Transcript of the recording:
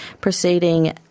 Proceeding